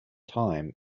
time